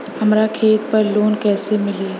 हमरा खेत पर लोन कैसे मिली?